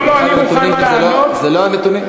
זה לא הנתונים.